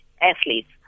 athletes